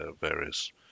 various